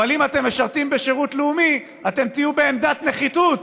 אבל אם אתם בשירות לאומי אתם תהיו בעמדת נחיתות